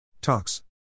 Talks